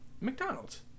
McDonald's